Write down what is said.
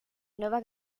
nueva